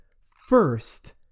first